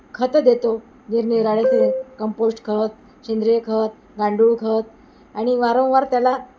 खतं देतो निरनिराळेचे कंपोष्ट खत सेंद्रिय खत गांडूळ खत आणि वारंवार त्याला